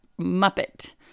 Muppet